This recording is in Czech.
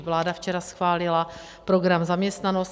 Vláda včera schválila program Zaměstnanost.